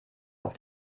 auf